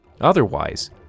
Otherwise